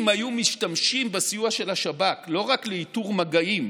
אם היו משתמשים בסיוע של השב"כ לא רק לאיתור מגעים,